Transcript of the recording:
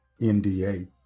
NDA